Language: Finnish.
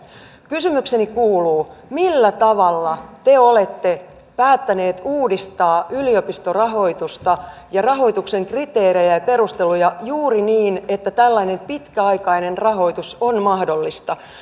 kysymykseni kuuluu millä tavalla te olette päättäneet uudistaa yliopistorahoitusta ja rahoituksen kriteerejä ja ja perusteluja juuri niin että tällainen pitkäaikainen rahoitus on mahdollista